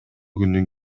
күнү